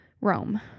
Rome